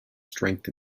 strength